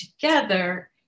together